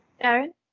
Aaron